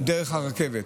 דרך הרכבת.